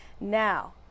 Now